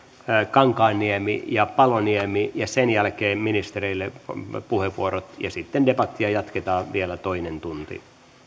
kankaanniemi ja paloniemi ja sen jälkeen ministereille puheenvuorot ja sitten debattia jatketaan vielä toinen tunti